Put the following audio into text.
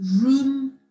room